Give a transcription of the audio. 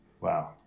Wow